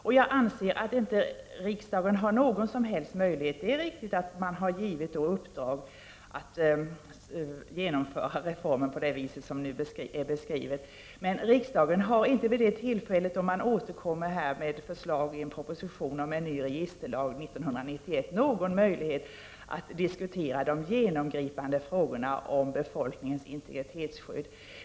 Det är riktigt att riksdagen har givit regeringen i uppdrag att genomföra reformen på det sätt som statsrådet har beskrivit. Men riksdagen har inte när regeringen 1991 återkommer med en proposition innehållande förslag till en ny registerlag någon möjlighet att diskutera de övergripande frågorna om befolkningens integritetsskydd.